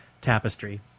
Tapestry